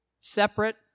separate